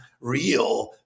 real